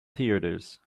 theatres